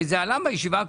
הרי זה עלה בישיבה הקודמת,